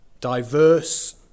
Diverse